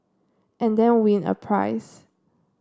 and then win a prize